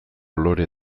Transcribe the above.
lore